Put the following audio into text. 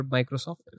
Microsoft